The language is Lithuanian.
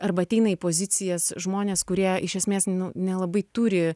arba ateina į pozicijas žmonės kurie iš esmės nelabai turi